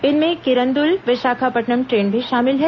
इनमें किरंदुल विशाखापट्नम ट्रेन भी शामिल है